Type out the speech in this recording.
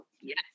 yes